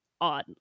on